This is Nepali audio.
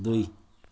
दुई